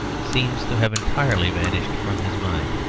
seems to have entirely vanished from his mind.